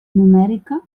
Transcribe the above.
numèrica